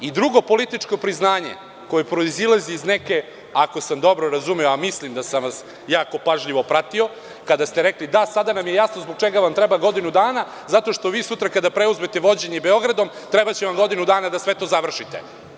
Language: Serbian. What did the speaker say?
Drugo političko priznanje koje proizilazi iz neke, ako sam dobro razumeo, a mislim da sam vas jako pažljivo pratio, kada ste rekli – da sada nam je jasno zbog čega vam treba godinu dana, zato što vi sutra kada preuzmete vođenje Beogradom trebaće vam godinu dana da sve to završite.